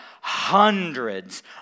hundreds